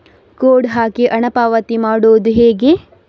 Code ಹಾಕಿ ಹಣ ಪಾವತಿ ಮಾಡೋದು ಹೇಗೆ?